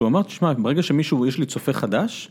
הוא אמר תשמע, ברגע שמישהו, יש לי צופה חדש